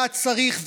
היה צריך,